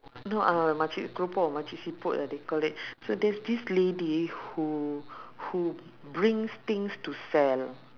no uh makcik keropok makcik siput ah they call it so there's this lady who who brings things to sell